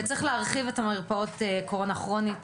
צריך להרחיב את מרפאות הקורונה הכרונית